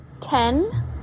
Ten